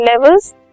levels